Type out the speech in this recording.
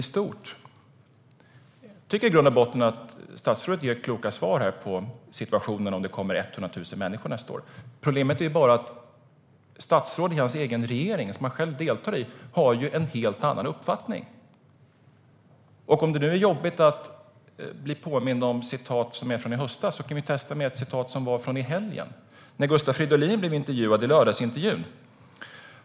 Statsrådet ger i grund och botten kloka svar vad gäller om det skulle komma 100 000 människor nästa år. Problemet är bara att andra statsråd i regeringen har en helt annan uppfattning. Om det är jobbigt att bli påmind om uttalanden från i höstas kan vi testa med ett uttalande från i helgen när Gustav Fridolin blev intervjuad i Ekots lördagsintervju .